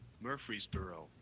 Murfreesboro